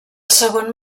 segon